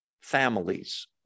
families